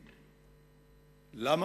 למה?